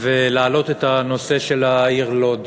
ולהעלות את הנושא של העיר לוד.